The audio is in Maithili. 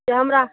हमरा